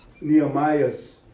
Nehemiah's